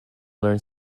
learn